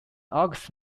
august